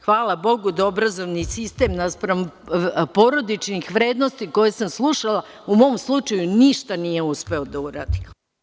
Hvala Bogu da obrazovni sistem, naspram porodičnih vrednosti koje sam slušala, u mom slučaju ništa nije uspeo da uradi.